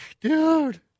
dude